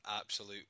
absolute